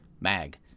MAG